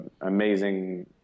amazing